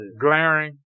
Glaring